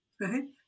right